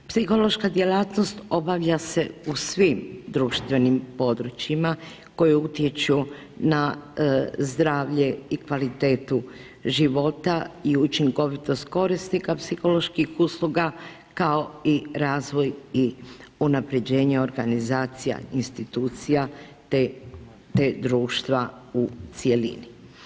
Psihološka djelatnost obavlja se u svim društveni područjima koja utječu na zdravlje i kvalitetu života i učinkovitost korisnika psiholoških usluga kao i razvoj i unaprjeđenje organizacija institucija te društva u cjelini.